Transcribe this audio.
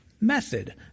method